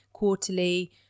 quarterly